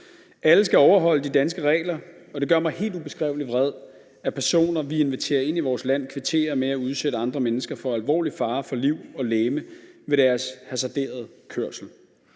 Alle skal overholde de danske regler, og det gør mig helt ubeskrivelig vred, at personer, vi inviterer ind i vores land, kvitterer med at udsætte andre mennesker for alvorlig fare for liv og legeme med deres hasarderede kørsel.